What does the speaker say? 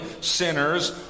sinners